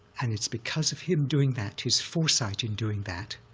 and it's because of him doing that, his foresight in doing that,